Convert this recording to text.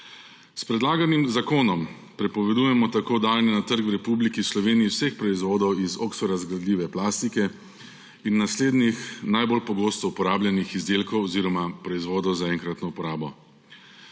S predlaganim zakonom prepovedujemo tako dajanje na trg v Republiki Sloveniji vseh proizvodov iz oksorazgradljive plastike in naslednjih najbolj pogosto uporabljenih izdelkov oziroma proizvodov za enkratno uporabo.